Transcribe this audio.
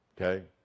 Okay